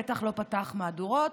בטח לא פתח מהדורות,